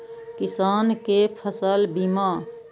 किसान कै फसल बीमा?